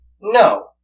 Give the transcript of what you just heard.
No